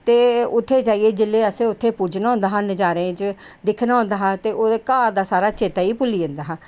ते उत्थें जाइयै जेल्लै उत्थें असें पुज्जना होंदा हा नजारें च दिक्खना होंदा हा ते ओह् घर दा फिर सारा चेता ई भुल्ली जंदा हा ते ओह् फिर इंया लगदा हा